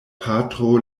patro